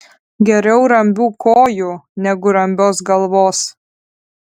geriau rambių kojų negu rambios galvos